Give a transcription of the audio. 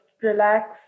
relax